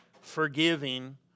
forgiving